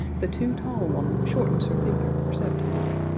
the too tall woman shortens her figure perceptibly.